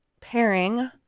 pairing